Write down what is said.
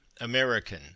American